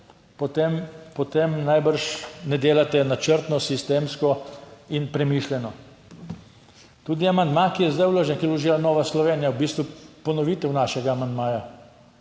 potem najbrž ne delate načrtno, sistemsko in premišljeno. Tudi amandma, ki je zdaj vložen, ki ga je vložila Nova Slovenija, je v bistvu ponovitev našega amandmaja